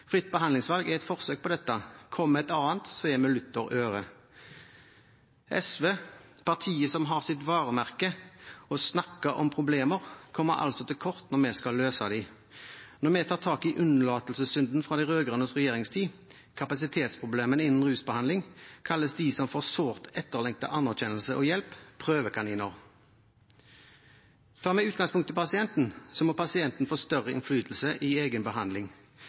Fritt behandlingsvalg er et forsøk på dette. Kom med et annet, så er vi lutter øre. SV, partiet som har som sitt varemerke å snakke om problemer, kommer altså til kort når vi skal løse dem. Når vi tar tak i unnlatelsessynden fra de rød-grønnes regjeringstid, kapasitetsproblemene innen rusbehandling, kalles de som får sårt etterlengtet anerkjennelse og hjelp, prøvekaniner. Tar vi utgangspunkt i pasienten, må pasienten får større innflytelse i egen behandling.